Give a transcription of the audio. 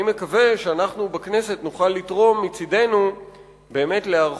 אני מקווה שאנחנו בכנסת נוכל לתרום מצדנו להיערכות